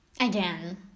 again